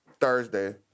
Thursday